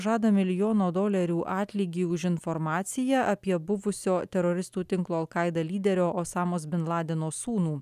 žada milijono dolerių atlygį už informaciją apie buvusio teroristų tinklo alkaida lyderio osamos bin ladeno sūnų